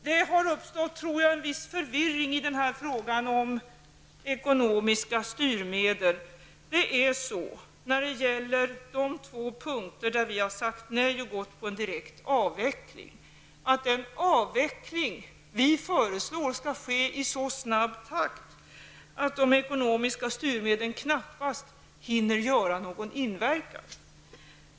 Det har tydligen uppstått en viss förvirring i frågan om ekonomiska styrmedel. På två punkter har vi sagt nej och gått på linjen direkt avveckling. Den avveckling vi föreslår skall ske i så snabb takt att de ekonomiska styrmedlen knappast hinner göra någon verkan.